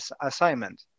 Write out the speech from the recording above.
assignment